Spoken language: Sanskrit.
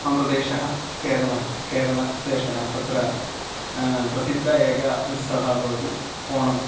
मम प्रदेशः केरलः केरलदेशः तत्र प्रसिद्ध एक उत्सवः भवति ओणम्